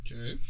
okay